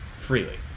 freely